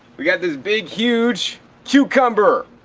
we got this big huge cucumber!